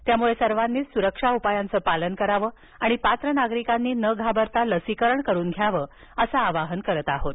त्यामुळे सर्वांनीच सुरक्षा उपायांचं पालन करावं आणि पात्र नागरिकांनी न घाबरता लसीकरण करून घ्यावं असं आवाहन करत आहोत